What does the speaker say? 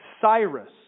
Cyrus